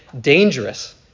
dangerous